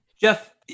Jeff